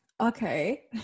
okay